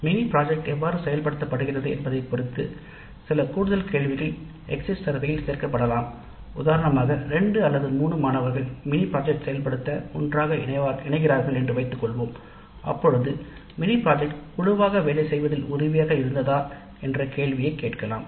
mini திட்டம் எவ்வாறு செயல்படுத்தப்படுகிறது என்பதைப் பொறுத்து சில கூடுதல் கேள்விகள் எக்ஸிட் சர்வேயில் சேர்க்கப்படலாம் உதாரணமாக2 அல்லது 3 மாணவர்கள் மினி திட்டத்தை செயல்படுத்த ஒன்றாக இணைகிறார்கள் என்று வைத்துக்கொள்வோம் அப்பொழுது "மினி திட்டம் குழுவாக வேலை செய்வதில் உதவியாக இருந்ததா" என்ற கேள்விகளை கேட்கலாம்